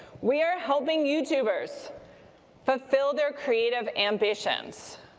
we're helping youtubeers fulfill their creative ambitions.